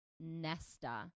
nesta